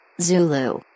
Zulu